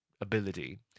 ability